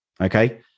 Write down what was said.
Okay